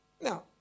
Now